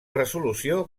resolució